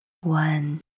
One